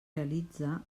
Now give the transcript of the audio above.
realitze